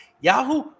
Yahoo